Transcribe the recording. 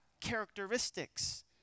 characteristics